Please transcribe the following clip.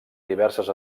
diverses